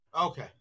Okay